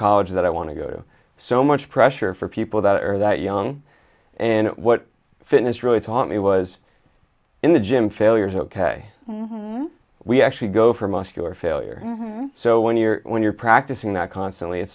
college that i want to go to so much pressure for people that are that young and what fitness really taught me was in the gym failures ok we actually go for muscular failure so when you're when you're practicing that constantly it